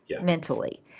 mentally